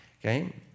okay